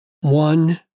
one